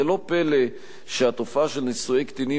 זה לא פלא שהתופעה של נישואי קטינים